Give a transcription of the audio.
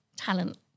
talent